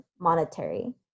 monetary